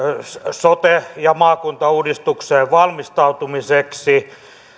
sote ja maakuntauudistukseen valmistautumiseksi